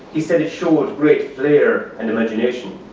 he said it showed great flare and imagination.